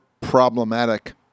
problematic